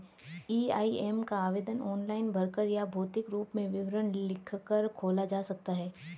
EIA का आवेदन online भरकर या भौतिक रूप में विवरण लिखकर खोला जा सकता है